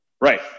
Right